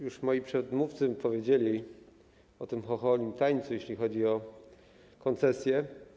Już moi przedmówcy powiedzieli o chocholim tańcu, jeśli chodzi o koncesje.